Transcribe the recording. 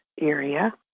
area